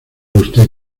usted